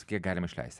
kiek galima išleisti